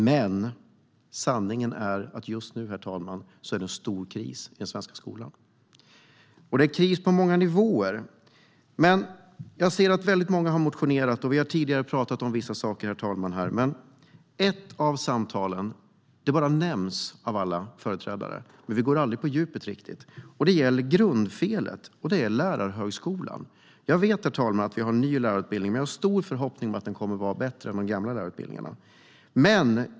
Men sanningen är att det just nu är stor kris i den svenska skolan, och det är kris på många nivåer. Herr talman! Många har motionerat, och vi har tidigare talat om vissa saker. En sak har dock nämnts av alla utan att vi har gått på djupet, och det är grundfelet: lärarhögskolan. Jag vet att vi har en ny lärarutbildning, och jag har stora förhoppningar på att den kommer att vara bättre än de gamla lärarutbildningarna. Herr talman!